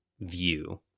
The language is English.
view